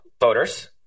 voters